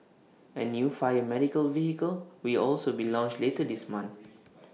A new fire medical vehicle will also be launched later this month